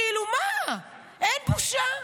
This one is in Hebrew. כאילו מה, אין בושה,